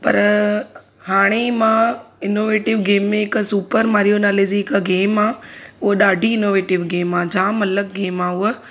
पर हाणे मां इनोवेटीव गेम में हिकु सुपर मारियो नाले जी हिकु गेम आहे उहो ॾाढी इनोवेटीव गेम आहे जाम अलॻि गेम आहे उहा